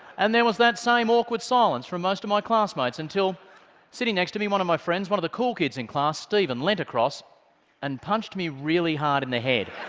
and there was that same awkward silence from most of my classmates, until sitting next to me, one of my friends, one of the cool kids in class, steven, leaned across and punched me really hard in the head.